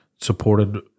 Supported